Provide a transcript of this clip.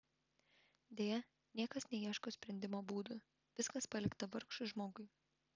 deja niekas neieško sprendimo būdų viskas palikta vargšui žmogui